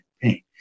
pain